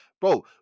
bro